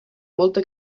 molta